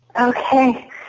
Okay